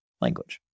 language